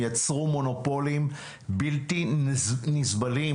יצרו מונופולים בלתי נסבלים,